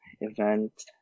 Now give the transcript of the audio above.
event